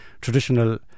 traditional